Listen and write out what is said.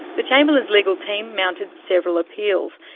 the chamberlains' legal team mounted several appeals,